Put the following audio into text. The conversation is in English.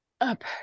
Up